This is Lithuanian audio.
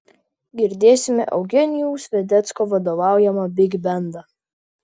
girdėsime eugenijaus vedecko vadovaujamą bigbendą